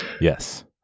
yes